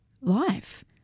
life